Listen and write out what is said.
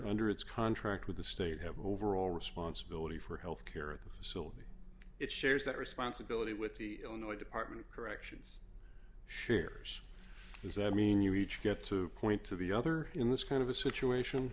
under its contract with the state have overall responsibility for health care at the facility it shares that responsibility with the illinois department of corrections sharers there's i mean you each get to point to the other in this kind of a situation